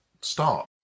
start